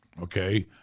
Okay